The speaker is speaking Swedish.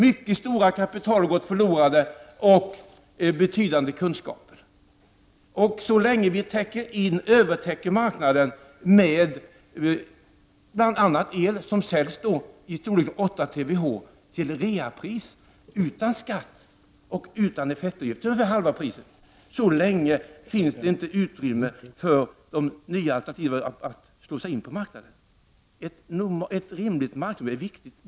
Mycket stora kapital och betydande kunskaper har gått förlorade. Så länge vi övertäcker marknaden med bl.a. eli storleksordningen 8 TWh som säljs till reapriser utan skatt och utan effektavgift som är ungefär halva priset finns det inte utrymme för de nya alternativen att slå sig in på marknaden. Ett rimligt marknadsutrymme är viktigt.